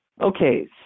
Okay